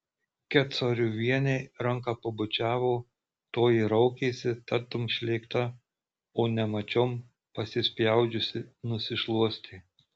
kecoriuvienei ranką pabučiavo toji raukėsi tartum šlėkta o nemačiom pasispjaudžiusi nusišluostė